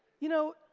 you know,